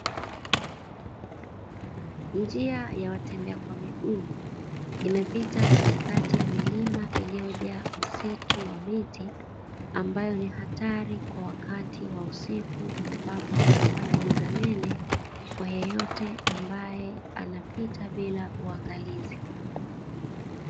Njia ya watembea kwa miguu, imepita katikati ya milima iliyojaa msitu wa miti, ambayo ni hatari kwa wakati wa usiku, ambapo kunakuwa na giza nene kwa yeyote ambaye anapita bila uangalizi.